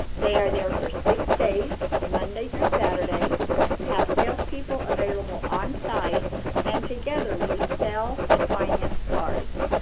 they are there for six days, monday through saturday have salespeople available on site and together we sell and finance cars.